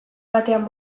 batean